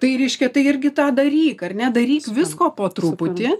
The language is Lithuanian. tai reiškia tai irgi tą daryk ar ne daryk visko po truputį